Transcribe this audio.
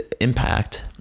impact